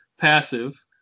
passive